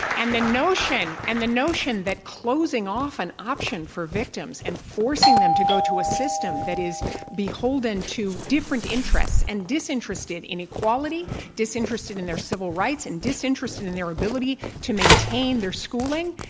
and the notion and the notion that closing off an option for victims and forcing them to go to a system that is beholden to different interests and disinterested in equality disinterested in their civil rights and disinterested in their ability to maintain their schooling,